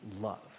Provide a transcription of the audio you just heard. love